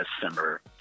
December